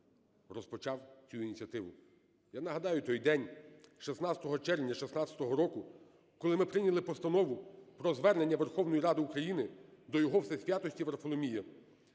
розпочав цю ініціативу. Я нагадаю той день, 16 червня 16-го року, коли ми прийняли Постанову про звернення Верховної Ради України до ЙогоВсесвятості Варфоломія